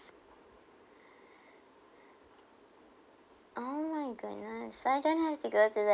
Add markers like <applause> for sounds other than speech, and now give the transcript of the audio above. <breath> oh my goodness so I don't have to go to that